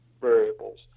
variables